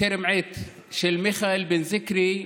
בטרם עת של מיכאל בן זיקרי,